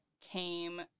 came